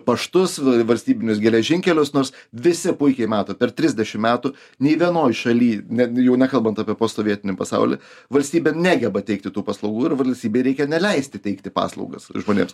paštus valstybinius geležinkelius nors visi puikiai mato per trisdešim metų nei vienoj šaly net jau nekalbant apie postsovietinį pasaulį valstybė negeba teikti tų paslaugų ir valstybei reikia neleisti teikti paslaugas žmonėms